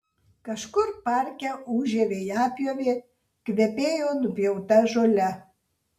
kažkur parke ūžė vejapjovė kvepėjo nupjauta žole